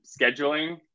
scheduling